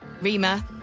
Rima